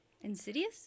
Insidious